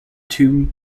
tube